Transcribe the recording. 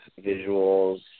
visuals